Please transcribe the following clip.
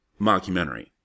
mockumentary